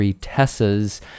Tessa's